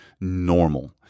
normal